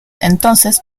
entonces